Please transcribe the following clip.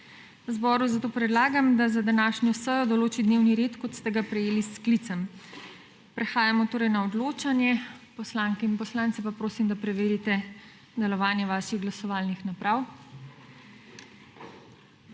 Zboru zato predlagam, da za današnjo sejo določi dnevni red, kot ste ga prejeli s sklicem. Prehajamo torej na odločanje, poslanke in poslance pa prosim, da preverite delovanje vaših glasovalnih naprav.